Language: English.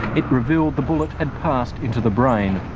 it revealed the bullet had passed into the brain.